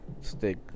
stick